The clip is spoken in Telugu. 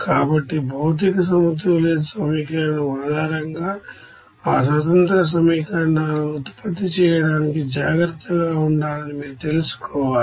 కాబట్టి మెటీరియల్ బాలన్స్ ఈక్వేషన్ ఆధారంగా ఆ స్వతంత్ర సమీకరణాలను ఉత్పత్తి చేయడానికి జాగ్రత్తగా ఉండాలని మీరు తెలుసుకోవాలి